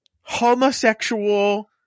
homosexual